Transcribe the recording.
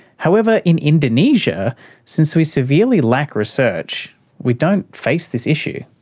however, in indonesia since we severely lack research we don't face this issue.